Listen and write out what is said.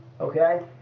okay